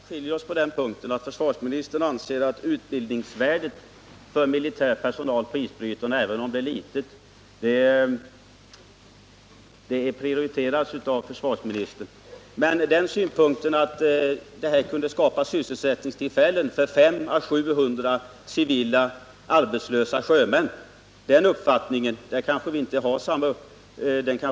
Herr talman! Vi skiljer oss åt på den punkten. Försvarsministern prioriterar utbildningsvärdet för militär personal på isbrytarna, även om det är litet. Min uppfattning är att man i stället skall skapa sysselsättningstillfällen för 500-700 arbetslösa sjömän.